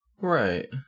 right